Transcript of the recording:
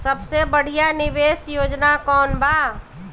सबसे बढ़िया निवेश योजना कौन बा?